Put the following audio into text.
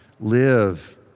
live